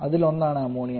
അതിൽ ഒന്നാണ് അമോണിയ